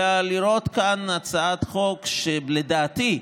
אלא לראות כאן הצעת חוק שלדעתי,